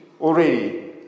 already